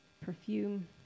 perfume